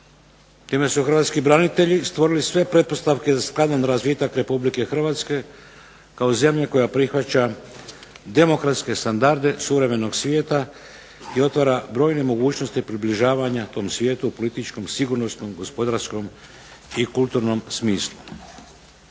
Time su hrvatski branitelji stvorili sve pretpostavke za skladan razvitak Republike Hrvatske, kao zemlje koja prihvaća demokratske standarde suvremenog svijeta i otvara brojne mogućnosti približavanja tom svijetu, političkom, sigurnosnom, gospodarskom i kulturnom smislu.